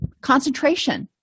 Concentration